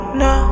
no